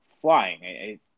flying